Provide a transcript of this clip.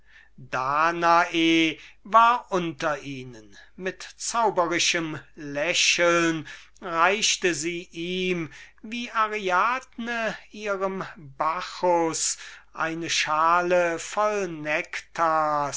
danae war unter ihnen mit zauberischem lächeln reichte sie ihm wie ariadne ihrem bacchus eine schale voll nektars